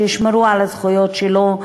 שישמרו על הזכויות שלו,